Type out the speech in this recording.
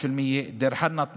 12%; דיר חנא,